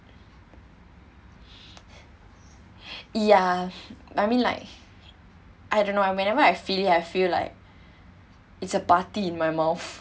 ya I mean like I don't know I whenever I feel I feel like it's a party in my mouth